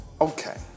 Okay